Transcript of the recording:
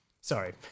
sorry